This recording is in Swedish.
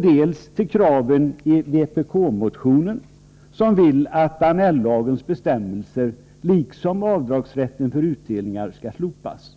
dels till kraven i vpk-motionen, där man vill att Annell-lagens bestämmelser liksom rätten till avdrag för utdelningar skall slopas.